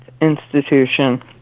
institution